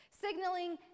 signaling